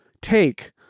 take